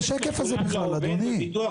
דבר שיקל גם על השאלות שאני אצטרך לשאול אותך בעתיד.